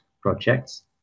projects